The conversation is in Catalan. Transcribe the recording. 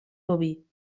boví